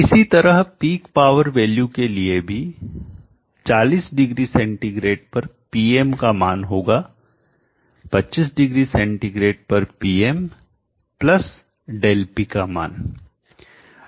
इसी तरह peak power value के लिए भी 40 डिग्री सेंटीग्रेड पर Pm का मान होगा 25 डिग्री सेंटीग्रेड पर Pm ΔP का मान